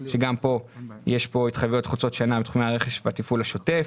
גם פה יש התחייבויות חוצות שנה בתחומי הרכש והתפעול השוטף.